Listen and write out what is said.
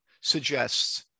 suggests